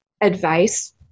advice